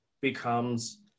becomes